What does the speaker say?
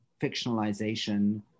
fictionalization